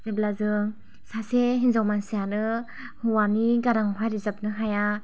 जेब्ला जों सासे हिन्जाव मानसियानो हौवानि गारांहाय रोजाबनो हाया